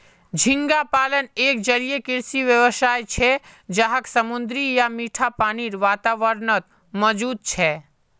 झींगा पालन एक जलीय कृषि व्यवसाय छे जहाक समुद्री या मीठा पानीर वातावरणत मौजूद छे